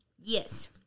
yes